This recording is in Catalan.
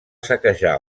saquejar